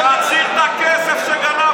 הכול רק בן אדם אחד והכיסא שלו.